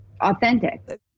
authentic